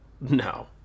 No